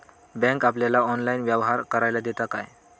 Bank आपल्याला online व्यवहार करायला देता काय?